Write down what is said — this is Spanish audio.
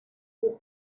sus